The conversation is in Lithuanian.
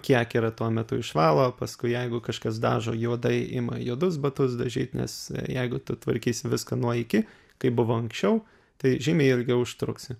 kiek yra tuo metu išvalo paskui jeigu kažkas dažo juodai ima juodus batus dažyt nes jeigu tu tvarkysi viską nuo iki kai buvo anksčiau tai žymiai ilgiau užtruksi